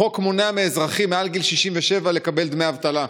החוק מונע מאזרחים מעל גיל 67 לקבל דמי אבטלה.